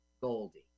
Goldie